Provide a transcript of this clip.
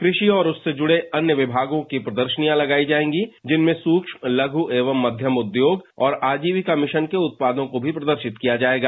कृषि और उससे जुड़े अन्य विभागों की प्रदर्शनियां लगाई जाएंगी जिसमें सूक्ष्म लघु एवं मध्यम उद्योग और आजीविका मिशन के उत्पादों को भी प्रदर्शित किया जाएगा